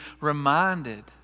reminded